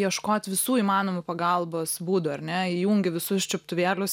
ieškot visų įmanomų pagalbos būdų ar ne įjungi visus čiuptuvėlius